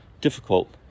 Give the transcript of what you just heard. difficult